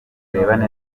neza